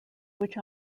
which